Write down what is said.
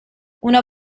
una